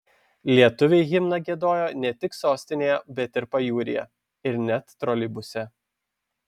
lietuviai himną giedojo ne tik sostinėje bet ir pajūryje ir net troleibuse